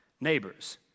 neighbors